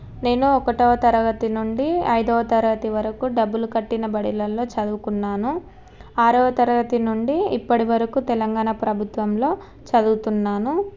నేను ఒకటవ తరగతి నుండి ఐదవ తరగతి వరకు డబ్బులు కట్టినబడిలల్లో చదువుకున్నాను ఆరవ తరగతి నుండి ఇప్పటి వరకు తెలంగాణా ప్రభుత్వంలో చదువుతున్నాను